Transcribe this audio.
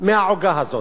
מהעוגה הזאת.